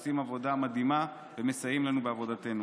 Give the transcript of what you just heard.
שעושה עבודה מדהימה ומסייע לנו בעבודתנו.